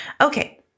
Okay